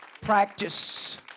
practice